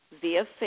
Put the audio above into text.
via